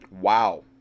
Wow